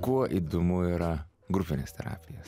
kuo įdomu yra grupinės terapijos